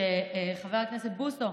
חבר הכנסת בוסו,